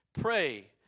Pray